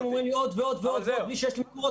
אם אתה מקבל מראש שזה הגודל של השמיכה,